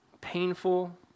painful